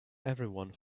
everyone